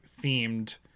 themed